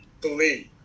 believe